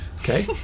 Okay